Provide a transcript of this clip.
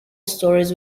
stories